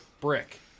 brick